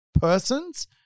persons